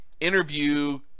Interview